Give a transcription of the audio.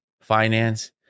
finance